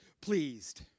pleased